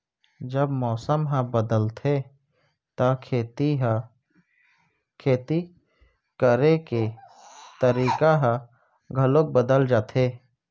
जब मौसम ह बदलथे त खेती करे के तरीका ह घलो बदल जथे?